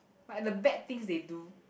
like the bad things they do